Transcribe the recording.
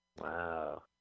Wow